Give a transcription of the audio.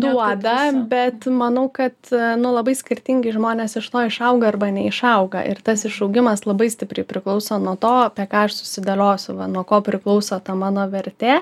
duoda bet manau kad nu labai skirtingi žmonės iš to išauga arba neišauga ir tas išaugimas labai stipriai priklauso nuo to apie ką aš susidėliosiu va nuo ko priklauso ta mano vertė